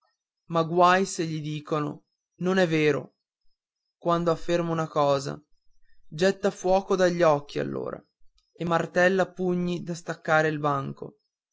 ma guai se gli dicono non è vero quando afferma una cosa getta fuoco dagli occhi allora e martella pugni da spaccare il banco